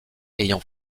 ayant